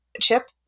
Chip